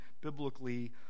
biblically